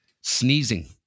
sneezing